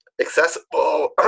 accessible